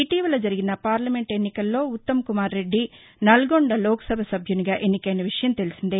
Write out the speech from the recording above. ఇటీవల జరిగిన పార్లమెంట్ ఎన్నికల్లో ఉత్తమ్కుమార్ రెడ్డి నల్గొండ లోక్సభ సభ్యునిగా ఎన్నికైన విషయం తెలిసిందే